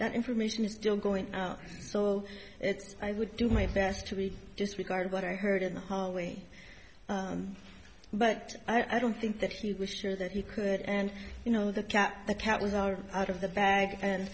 that information is still going out so i would do my best to read just regard what i heard in the hallway but i don't think that he was sure that he could and you know the cat the cat was are out of the bag and